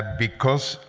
ah because